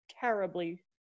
terribly